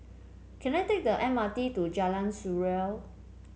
can I take the M R T to Jalan Surau